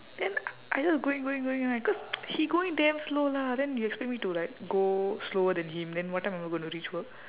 then I just going going going right cause he going damn slow lah then you expect me to like go slower than him then what time am I gonna reach work